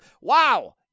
Wow